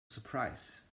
surprise